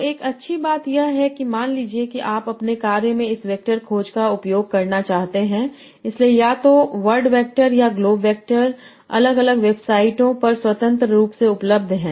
तो एक अच्छी बात यह है कि मान लीजिए कि आप अपने कार्य में इस वेक्टर खोज का उपयोग करना चाहते हैं इसलिए या तो वर्ड वैक्टर या ग्लोव वैक्टर अलग अलग वेबसाइटों पर स्वतंत्र रूप से उपलब्ध हैं